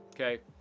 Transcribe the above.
Okay